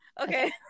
Okay